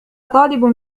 طالب